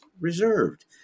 reserved